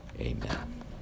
amen